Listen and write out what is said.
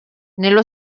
nello